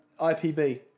IPB